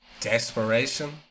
Desperation